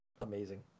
amazing